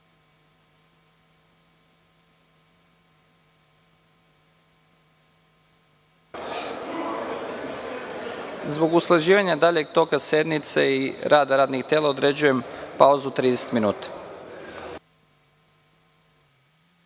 usklađivanja daljeg toka sednice i rada radnih tela, određujem pauzu od 30